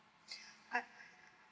I